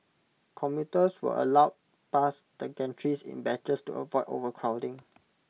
commuters were allowed past the gantries in batches to avoid overcrowding